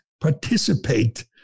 participate